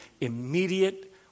immediate